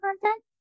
content